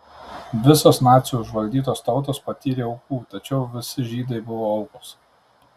visos nacių užvaldytos tautos patyrė aukų tačiau visi žydai buvo aukos